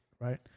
right